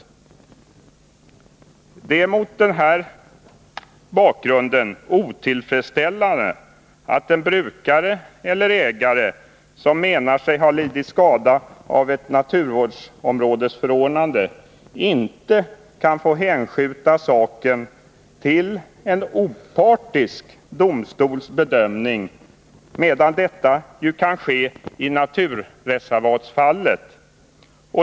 Det är mot denna bakgrund otillfredsställande att en brukare eller ägare, som menar sig ha lidit skada av ett naturvårdsområdesförordnande, inte kan få hänskjuta saken till en opartisk domstols bedömning, medan detta ju kan ske i naturreservatsfallet.